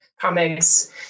comics